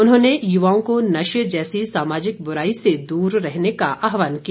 उन्होंने युवाओं को नशे जैसी सामाजिक बुराई से दूर रहने का आह्वान किया